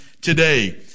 today